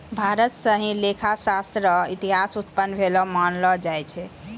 भारत स ही लेखा शास्त्र र इतिहास उत्पन्न भेलो मानलो जाय छै